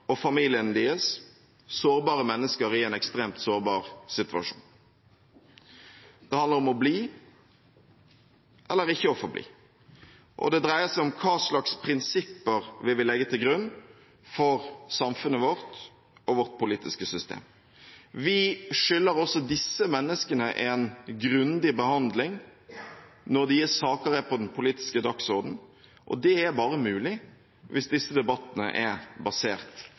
og familiene deres – mennesker i en ekstremt sårbar situasjon. Det handler om å bli eller ikke å få bli. Det dreier seg om hva slags prinsipper vi vil legge til grunn for samfunnet vårt og vårt politiske system. Vi skylder også disse menneskene en grundig behandling når deres saker er på den politiske dagsordenen, og det er bare mulig hvis disse debattene er basert